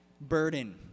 burden